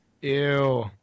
Ew